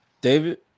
David